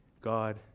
God